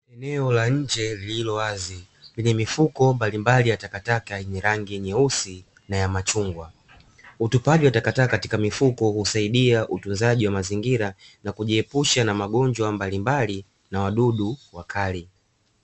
Eneo la nje lililowazi lenye mifuko mbalimbali ya takataka yenye rangi nyeusi na ya machungwa. Utupaji wa takataka katika mifuko husaidia utunzaji wa mazingira na kujiepusha na magonjwa mbalimbali na wadudu wakali.